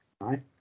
Right